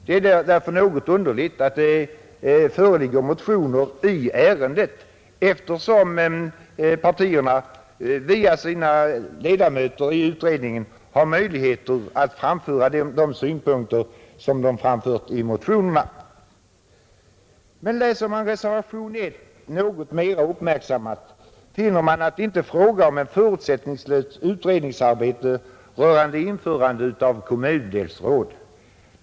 Det är något underligt att det föreligger motioner i ärendet, när partierna via sina ledamöter i utredningen har möjligheter att framföra de synpunkter som framförts i motionerna, Läser man reservationen 1 något mer uppmärksamt finner man att det inte är fråga om en förutsättningslös utredning rörande införande av kommundelsråd.